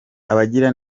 abagira